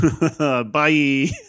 bye